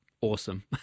awesome